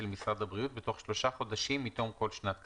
משרד הבריאות בתוך שלושה חודשים מתום כל שנת כספים.